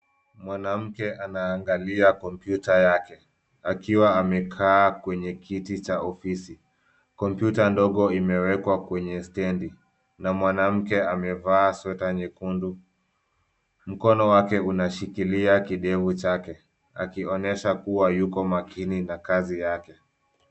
Mwanamke anaangalia kompyuta yake akiwa amekaa kwenye kiti cha ofisi. Kompyuta ndogo imewekwa kwenye stendi na mwanamke amevaa sweta nyekundu. Mkono wake unashikilia kidevu chake akionyesha kuwa yuko makini na kazi yake.